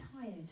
tired